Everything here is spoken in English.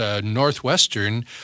Northwestern